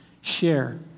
share